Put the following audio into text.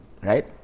Right